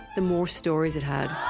the more stories it had.